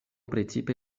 precipe